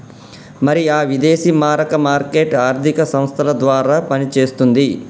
మరి ఆ విదేశీ మారక మార్కెట్ ఆర్థిక సంస్థల ద్వారా పనిచేస్తుంది